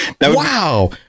wow